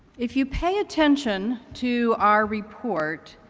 if you pay attention to our report,